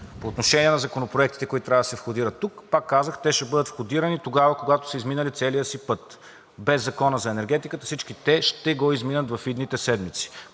По отношение на законопроектите, които трябва да се входират тук, пак казвах, те ще бъдат входирани тогава, когато са изминали целия си път. Без Закона за енергетиката всички те ще го изминат в идните седмици.